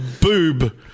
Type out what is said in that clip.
boob